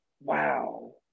wow